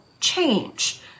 change